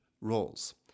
roles